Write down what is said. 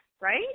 right